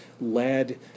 lead